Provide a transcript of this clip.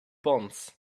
bonds